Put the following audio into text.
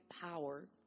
power